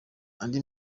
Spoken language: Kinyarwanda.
andi